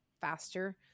faster